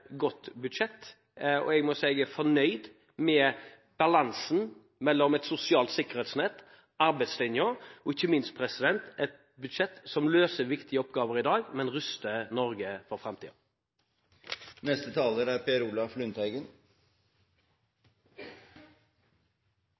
budsjett. Jeg må si at jeg er fornøyd med balansen mellom et sosialt sikkerhetsnett og arbeidslinjen, og ikke minst får vi et budsjett som løser viktige oppgaver i dag, men som også ruster Norge for